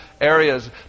areas